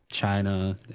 China